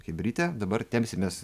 chebryte dabar tempsimės